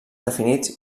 definits